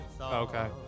okay